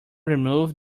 removed